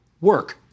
work